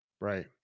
right